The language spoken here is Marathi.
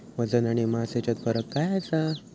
वजन आणि मास हेच्यात फरक काय आसा?